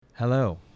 Hello